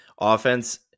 offense